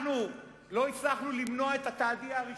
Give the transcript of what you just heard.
אנחנו לא הצלחנו למנוע את ה"תהדיה" הראשונה.